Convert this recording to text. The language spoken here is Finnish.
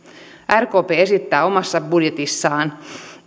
rkp esittää omassa budjetissaan